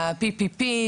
ב- PPP,